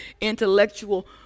intellectual